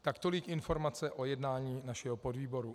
Tak tolik informace o jednání našeho podvýboru.